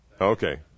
Okay